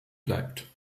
bleibt